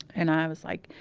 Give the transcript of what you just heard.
and i was like.